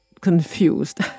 confused